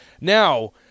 Now